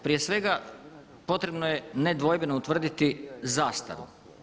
Prije svega potrebno je nedvojbeno utvrditi zastaru.